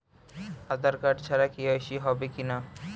আধার card ছাড়া KYC হবে কিনা?